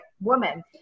woman